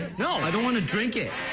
no, i don't want to drink it.